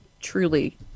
truly